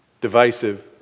divisive